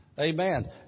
Amen